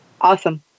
Awesome